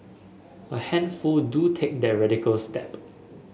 a handful do take that radical step